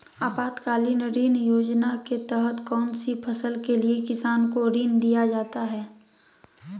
आपातकालीन ऋण योजना के तहत कौन सी फसल के लिए किसान को ऋण दीया जाता है?